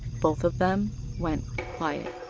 both of them went quiet.